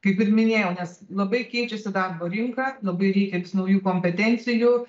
kaip ir minėjau nes labai keičiasi darbo rinka labai reikia vis naujų kompetencijų